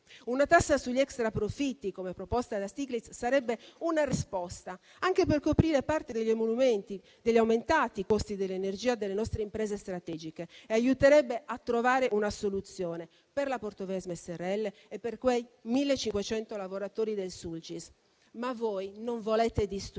Una tassa sugli extraprofitti, come proposta da Stiglitz, sarebbe una risposta anche per coprire parte degli emolumenti, degli aumentati costi dell'energia delle nostre imprese strategiche e aiuterebbe a trovare una soluzione per la Portovesme s.r.l. e per quei 1.500 lavoratori del Sulcis. Ma voi non volete disturbare.